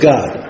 God